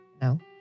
no